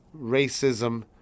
racism